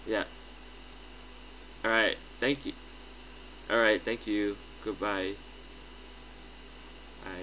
ya alright thank you alright thank you goodbye